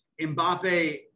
Mbappe